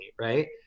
right